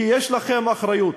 כי יש לכם אחריות.